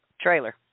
trailer